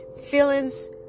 feelings